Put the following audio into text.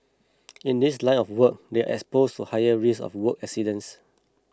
in this line of work they are exposed to higher risk of work accidents